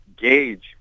gauge